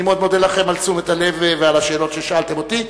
אני מאוד מודה לכם על תשומת הלב ועל השאלות ששאלתם אותי.